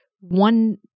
one